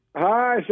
Hi